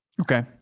Okay